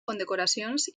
condecoracions